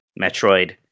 Metroid